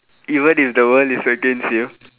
even if the world is against you